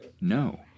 No